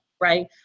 right